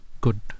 good